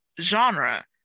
genre